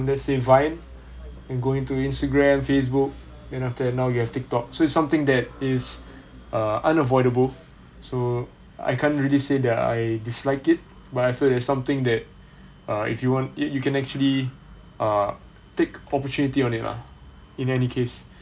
the same vine going to instagram facebook then after and now you have tik tok so it's something that is uh unavoidable so I can't really say that I dislike it but I feel there's something that uh if you want it you can actually uh take opportunity on it lah in any case